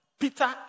Peter